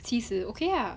七十 okay ah